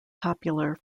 popular